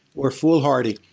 or foolhardy.